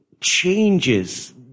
changes